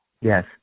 Yes